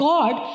God